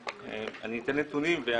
שלום, אני אתן נתונים.